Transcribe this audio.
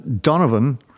Donovan